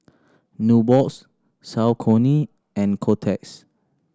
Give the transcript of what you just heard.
Nubox Saucony and Kotex